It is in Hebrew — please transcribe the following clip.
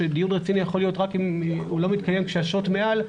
שדיון רציני יכול להיות רק אם הוא לא מתקיים כשהשוט מעל.